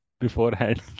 beforehand